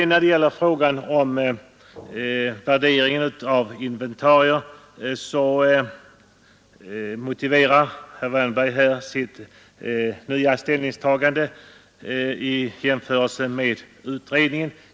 När det gäller värderingen av inventarier motiverar herr Wärnberg sitt nya ställningstagande i förhållande till utredningen.